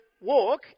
walk